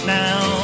now